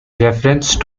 reference